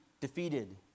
defeated